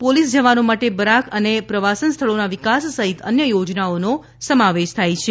police જવાનો માટે barrack અને પ્રવાસન સ્થળોના વિકાસ સહિત અન્ય યોજનાઓનો સમાવેશ થાય છે